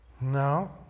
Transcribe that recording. No